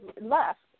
left